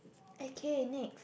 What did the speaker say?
okay next